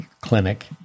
clinic